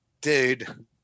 dude